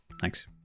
Thanks